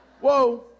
Whoa